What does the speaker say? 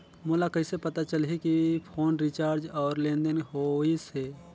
मोला कइसे पता चलही की फोन रिचार्ज और लेनदेन होइस हे?